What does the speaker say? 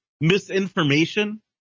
misinformation